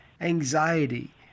anxiety